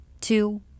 two